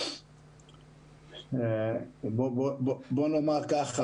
בוא נאמר כך.